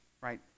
right